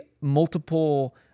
multiple